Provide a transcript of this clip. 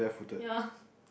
ya